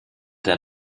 der